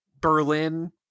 Berlin